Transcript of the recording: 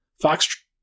Fox